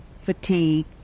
fatigue